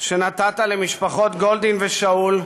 שנתת למשפחות גולדין ושאול,